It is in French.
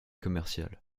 commercial